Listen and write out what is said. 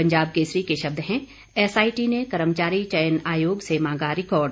पंजाब केसरी के शब्द हैं एसआईटी ने कर्मचारी चयन आयोग से मांगा रिकार्ड